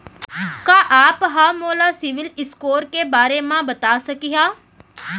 का आप हा मोला सिविल स्कोर के बारे मा बता सकिहा?